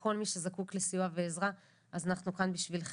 וכל מי שזקוק לסיוע ועזרה אז אנחנו כאן בשבילכם.